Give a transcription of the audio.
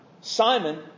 Simon